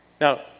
Now